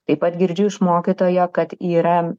taip pat girdžiu iš mokytojo kad yra